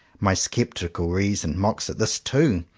my sceptical reason mocks at this too,